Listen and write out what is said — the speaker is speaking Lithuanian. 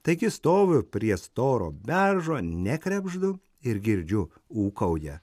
taigi stoviu prie storo beržo nekrebždu ir girdžiu ūkauja